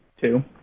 two